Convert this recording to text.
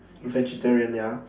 vegetarian ya